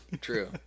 true